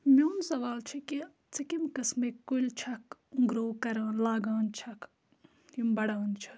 میون سوال چھُ کہِ ژٕ کیٚمۍ قٕسمٕکۍ کُلۍ چھَکھ گرو کران لاگان چھَکھ یِم بَڑان چھِ